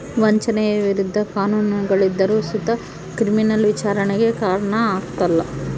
ವಂಚನೆಯ ವಿರುದ್ಧ ಕಾನೂನುಗಳಿದ್ದರು ಸುತ ಕ್ರಿಮಿನಲ್ ವಿಚಾರಣೆಗೆ ಕಾರಣ ಆಗ್ಕಲ